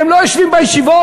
הם לא יושבים בישיבות,